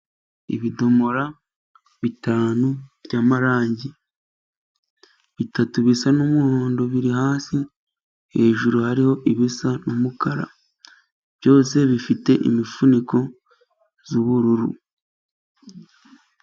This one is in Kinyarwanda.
Ibidomoro bitanu by'amarangi, bitatu bisa n'umuhondo biri hasi, hejuru hariho ibisa n'umukara, byose bifite imifuniko y'ubururu.